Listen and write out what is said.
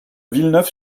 villeneuve